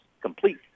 Complete